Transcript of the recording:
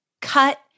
cut